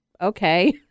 okay